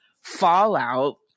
fallout